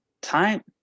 time